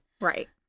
Right